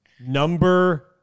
number